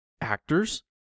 actors